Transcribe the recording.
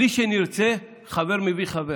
יוצא, בלי שנרצה, שחבר מביא חבר.